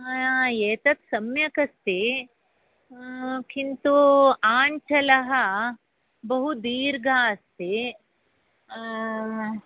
एतत् सम्यक् अस्ति किन्तु आञ्चलः बहु दीर्घा अस्ति